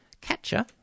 Catcher